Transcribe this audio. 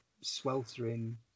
sweltering